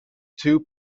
two